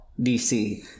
dc